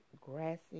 grassy